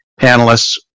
panelists